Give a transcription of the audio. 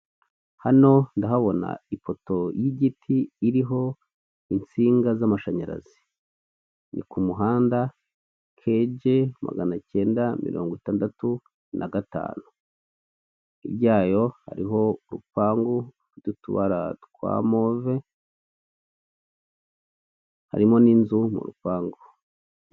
Hano ndahabona ifoto y'igiti iriho insinga z'amashanyarazi ni ku muhanda kg magana cyenda mirongo itandatu na gatanu, hirya yayo hariho urupangu rufite utubara twa move, harimo n'inzu mu rupangu.